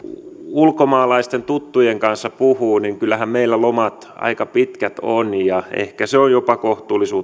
ulkomaalaisten tuttujen kanssa puhuu niin kyllähän meillä lomat aika pitkät ovat ja ehkä on jopa kohtuullista